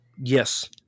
Yes